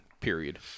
Period